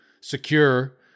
secure